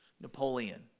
Napoleon